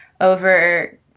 over